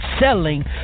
selling